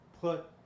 Put